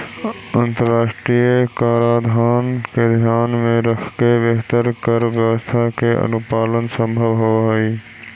अंतरराष्ट्रीय कराधान के ध्यान में रखके बेहतर कर व्यवस्था के अनुपालन संभव होवऽ हई